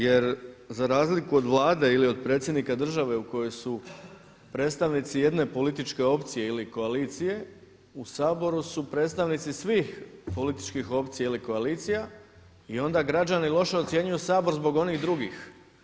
Jer za razliku od Vlade ili od predsjednika države u kojoj su predstavnici jedne političke opcije ili koalicije u Saboru su predstavnici svih političkih opcija ili koalicija i onda građani loše ocjenjuju Sabor zbog onih drugih.